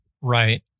Right